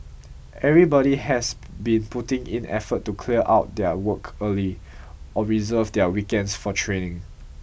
everybody has been putting in effort to clear out their work early or reserve their weekends for training